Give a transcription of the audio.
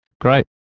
Great